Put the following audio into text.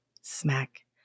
smack